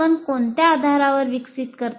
आपण कोणत्या आधारावर विकसित करता